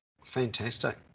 Fantastic